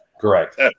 Correct